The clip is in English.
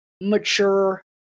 mature